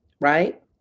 right